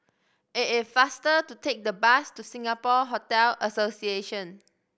it is faster to take the bus to Singapore Hotel Association